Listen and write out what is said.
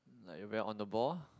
like you very on the ball